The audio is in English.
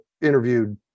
interviewed